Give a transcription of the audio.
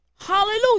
Hallelujah